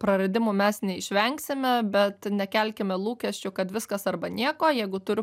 praradimų mes neišvengsime bet nekelkime lūkesčių kad viskas arba nieko jeigu turiu